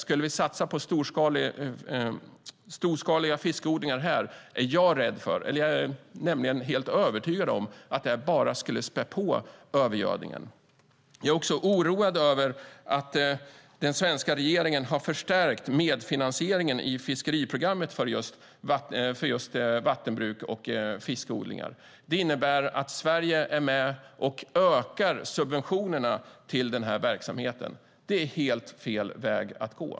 Skulle vi satsa på storskaliga fiskodlingar här är jag helt övertygad om att det bara skulle spä på övergödningen. Jag är också oroad över att den svenska regeringen har förstärkt medfinansieringen i fiskeriprogrammet för just vattenbruk och fiskodlingar. Det innebär att Sverige är med och ökar subventionerna till den här verksamheten. Det är helt fel väg att gå.